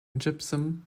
gypsum